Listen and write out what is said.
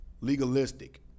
Legalistic